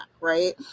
right